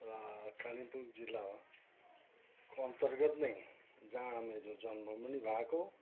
र कालिम्पोङ जिल्लाको अन्तर्गत नै जहाँ मेरो जन्म नि भएको